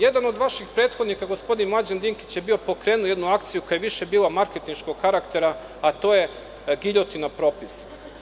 Jedan od vaših prethodnika, gospodin Mlađan Dinkić, je bio pokrenuo jednu akciju koja je više bila marketinškog karaktera, a to je giljotina propisa.